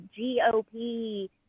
GOP